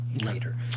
later